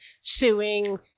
suing